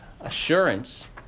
assurance